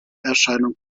erscheinung